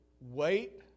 wait